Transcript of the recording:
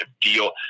deal